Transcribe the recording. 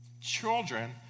Children